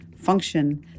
function